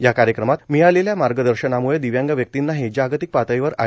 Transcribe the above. या कार्यक्रमात मिळालेल्या मार्गदर्शनामुळे दिव्यांग व्यक्तींनाही जागतिक पातळीवर आय